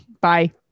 Bye